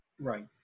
Right